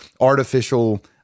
artificial